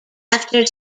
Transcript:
after